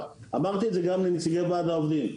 אמרתי את זה גם לנציגי וועד העובדים,